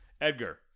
Edgar